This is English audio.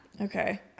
Okay